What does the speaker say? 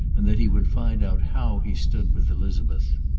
and that he would find out how he stood with elizabeth.